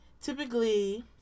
Typically